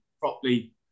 properly